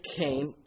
came